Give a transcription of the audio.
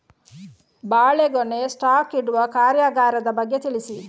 ಬಾಳೆಗೊನೆ ಸ್ಟಾಕ್ ಇಡುವ ಕಾರ್ಯಗಾರದ ಬಗ್ಗೆ ತಿಳಿಸಿ